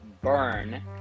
Burn